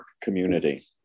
community